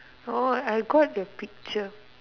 oh I got your picture